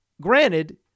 granted